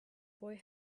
boy